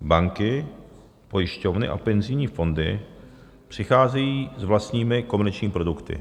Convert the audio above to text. Banky, pojišťovny a penzijní fondy přicházejí s vlastními komerčními produkty.